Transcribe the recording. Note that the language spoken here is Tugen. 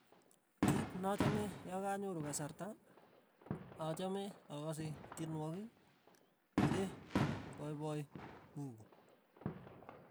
Kiit nachame yakanyoru kasarta. achame akase tyenwogik, che poipoi mungu.